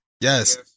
Yes